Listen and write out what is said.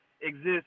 exist